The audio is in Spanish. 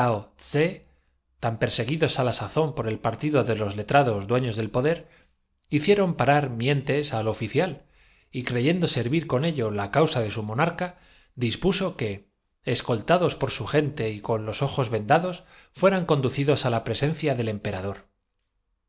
brazos perseguidos á la sazón por el partido de los letrados apenas los viajeros se presentaron en la estancia en dueños del poder hicieron parar mientes al oficial y que los aguardaba hien ti éste no pudo reprimir un creyendo servir con ello la causa de su monarca movimiento de sorpresa arrancado por la hermosura dispuso que escoltados por su gente y con los ojos de clara dominándose no obstante por el decoro que vendados fueran conducidos á la presencia del